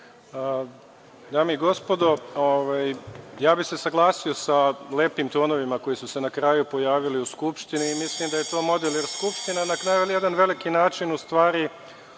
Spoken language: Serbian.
Dame i gospodo, saglasio bi se sa lepim tonovima koji su se na kraju pojavili u Skupštini i mislim da je to model, jer Skupština na kraju na jedan veliki način u stvari